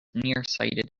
nearsighted